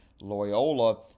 Loyola